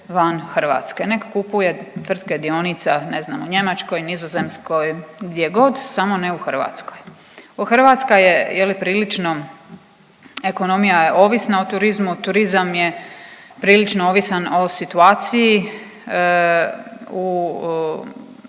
van Hrvatske, nek kupuje tvrtke dionica ne znam u Njemačkoj, Nizozemskoj, gdje god, samo ne u Hrvatskoj. Hrvatska je je li prilično, ekonomija je ovisna o turizmu, turizam je prilično ovisan o situaciji u,